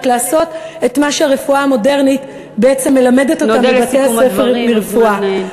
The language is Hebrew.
לעשות את מה שהרפואה המודרנית בעצם מלמדת אותם בבתי-הספר לרפואה?